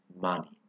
money